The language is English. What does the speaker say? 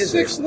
six